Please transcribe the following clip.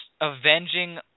avenging